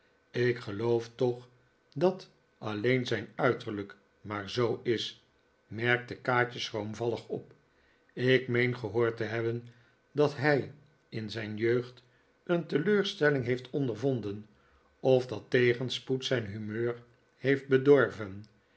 ik geloof toch dat alleen zijn uiterlijk maar zoo is merkte kaatje schroomvallig op ik meen gehoord te hebben dat hij in zijn jeugd een teleurstelling heeft ondervonden of dat tegenspoed zijn humeur heeft bedorven